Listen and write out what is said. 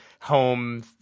home